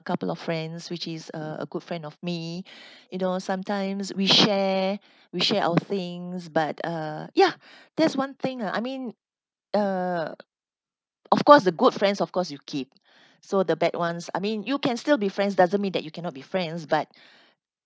couple of friends which is uh a good friend of me you know sometimes we share we share our things but uh ya that's one thing ah I mean uh of course the good friends of course you keep so the bad ones I mean you can still be friends doesn't mean that you cannot be friends but